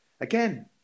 again